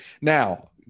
Now